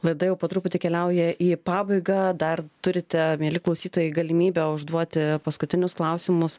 laida jau po truputį keliauja į pabaigą dar turite mieli klausytojai galimybę užduoti paskutinius klausimus